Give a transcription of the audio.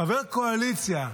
חבר קואליציה,